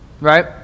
right